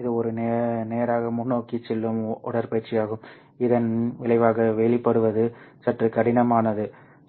இது ஒரு நேராக முன்னோக்கிச் செல்லும் உடற்பயிற்சியாகும் இதன் விளைவாக வெளிப்படுவது சற்று கடினமானது